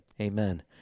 amen